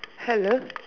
hello